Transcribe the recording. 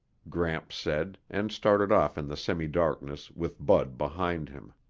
gramps said, and started off in the semidarkness with bud behind him.